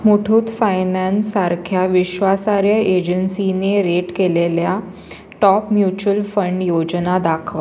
मुठूत फायनॅन्ससारख्या विश्वासार्ह एजन्सीने रेट केलेल्या टॉप म्युच्युअल फंड योजना दाखवा